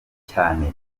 cyane